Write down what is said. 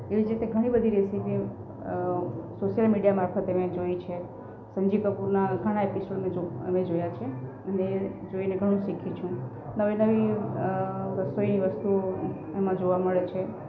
એવી જ રીતે ઘણીબધી રેસીપી સોસિયલ મારફતે મેં જોઈ છે સંજીવ કપૂરના ઘણા એપિસોડ હું જોઉ અમે જોયા છે અને એ જોઈને ઘણું શીખી છું નવી નવી રસોઈની વસ્તુઓ એમાં જોવા મળે છે